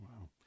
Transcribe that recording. wow